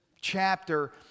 chapter